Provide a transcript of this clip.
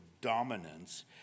dominance